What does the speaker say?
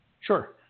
Sure